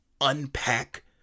unpack